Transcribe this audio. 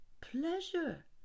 pleasure